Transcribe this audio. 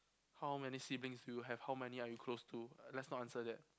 how many siblings do you have how many are you close to let's not answer that